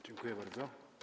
Dziękuję bardzo.